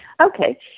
Okay